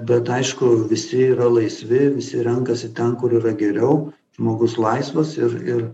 bet aišku visi yra laisvi visi renkasi ten kur yra geriau žmogus laisvas ir ir